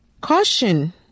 Caution